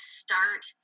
start